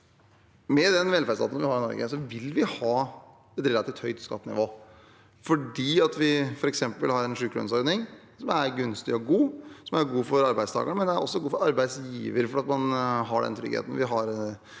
Med den velferdsstaten vi har i Norge, vil vi ha et relativt høyt skattenivå fordi vi f.eks. har en sykelønnsordning som er gunstig og god. Den er god for arbeidstakerne, men den er også god for arbeidsgiver fordi man har den tryggheten.